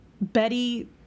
Betty